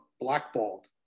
blackballed